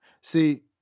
See